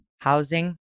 housing